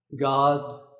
God